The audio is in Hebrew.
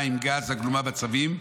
המים והגז הגלומה בצווים,